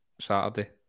Saturday